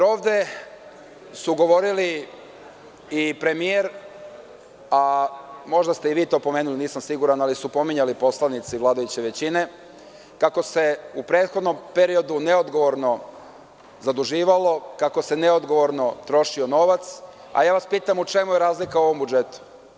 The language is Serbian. Ovde su govorili i premijer, a možda ste i vi to pomenuli, nisam siguran, ali su pominjali poslanici vladajuće većine, kako se u prethodnom periodu neodgovorno zaduživalo, kako se neodgovorno trošio novac, a ja vas pitam u čemu je razlika u ovom budžetu?